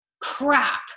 crap